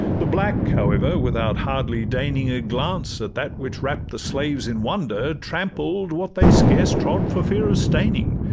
the black, however, without hardly deigning a glance at that which wrapt the slaves in wonder, trampled what they scarce trod for fear of staining,